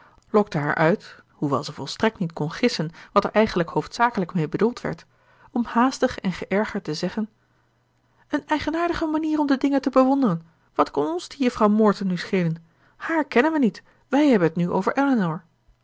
lokte haar uit hoewel zij volstrekt niet kon gissen wat er eigenlijk hoofdzakelijk mee bedoeld werd om haastig en geërgerd te zeggen een eigenaardige manier om de dingen te bewonderen wat kan ons die juffrouw morton nu schelen hààr kennen we niet wij hebben het nu over